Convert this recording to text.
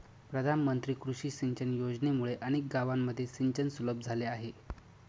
प्रधानमंत्री कृषी सिंचन योजनेमुळे अनेक गावांमध्ये सिंचन सुलभ झाले आहे